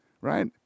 right